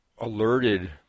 alerted